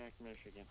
Michigan